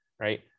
right